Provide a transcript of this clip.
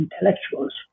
Intellectuals